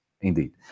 Indeed